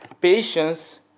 Patience